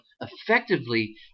effectively